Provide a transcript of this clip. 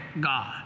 God